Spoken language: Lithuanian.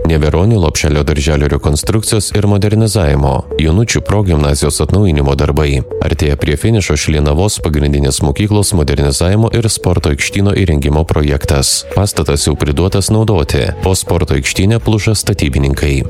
neveronių lopšelio darželio rekonstrukcijos ir modernizavimo jonučių progimnazijos atnaujinimo darbai artėja prie finišo šlienavos pagrindinės mokyklos modernizavimo ir sporto aikštyno įrengimo projektas pastatas jau priduotas naudoti o sporto aikštyne pluša statybininkai